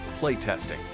playtesting